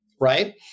Right